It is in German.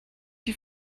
die